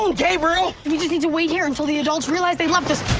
um gabriel! we need to wait here until the adults realize they left us.